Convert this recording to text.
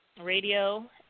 radio